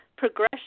progression